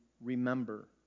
remember